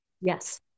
Yes